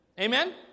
Amen